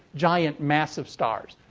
giant, massive stars.